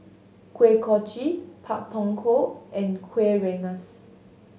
Kuih Kochi Pak Thong Ko and Kueh Rengas